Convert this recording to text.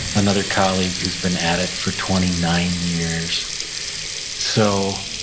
another colleague who's been at it for twenty nine years so,